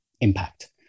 impact